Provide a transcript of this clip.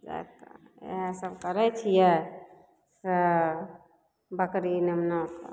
इएह सब करै छियै बकरी मेमनाके